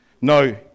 no